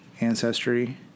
ancestry